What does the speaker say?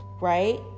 right